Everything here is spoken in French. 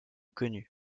connues